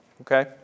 okay